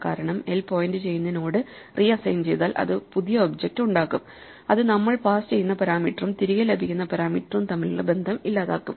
കാരണം l point ചെയ്യുന്ന node reassign ചെയ്താൽ അത് പുതിയ ഒബ്ജക്റ്റ് ഉണ്ടാക്കും അത് നമ്മൾ പാസ് ചെയ്യുന്ന പാരാമീറ്ററും തിരികെ ലഭിക്കുന്ന പരാമീറ്ററും തമ്മിലുള്ള ബന്ധം ഇല്ലാതാക്കും